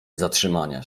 zatrzymania